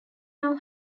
now